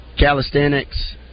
calisthenics